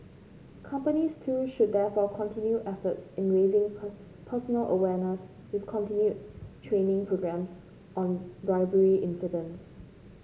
companies too should therefore continue efforts in raising per personal awareness with continued training programmes on bribery incidents